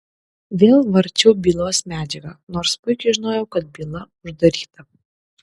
vėl varčiau bylos medžiagą nors puikiai žinojau kad byla uždaryta